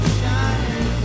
shining